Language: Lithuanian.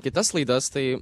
kitas laidas tai